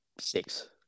six